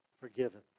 forgiven